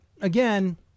again